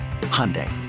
Hyundai